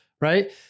right